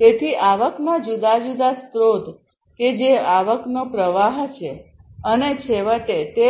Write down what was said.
તેથી આવકના જુદા જુદા સ્ત્રોત કે જે આવકનો પ્રવાહ છે અને છેવટે તે